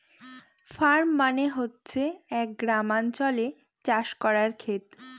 farm মানে হচ্ছে এক গ্রামাঞ্চলে চাষ করার খেত